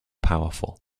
powerful